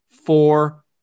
four